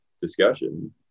discussion